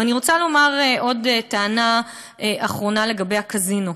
ואני רוצה לומר עוד טענה אחרונה לגבי הקזינו.